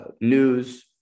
news